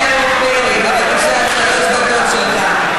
חבר הכנסת יעקב פרי, בבקשה, שלוש דקות שלך.